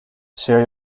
share